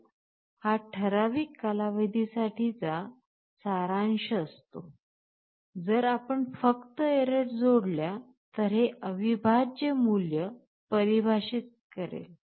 गणिता मध्ये अविभाजक हा ठराविक कालावधी साठी चा सारांश असतो जर आपण फक्त एरर जोडल्या तर हे अविभाज्याचे मूल्य परिभाषित करेल